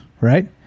right